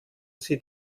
sie